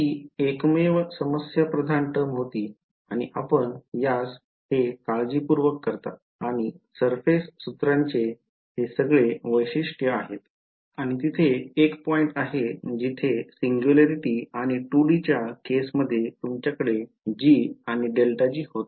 ही एकमेव समस्याप्रधान टर्म होती आणि आपण यास हे काळजीपूर्वक करता आणि surface सूत्रांचे हे सगळे वैशिष्ट्य आहेत आणि तिथे एक पॉईंट आहे जिथे सिंग्युलॅरिटी आणि 2d च्या केस मध्ये तुमच्याकडे g आणि ∇g होते